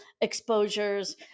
exposures